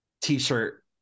t-shirt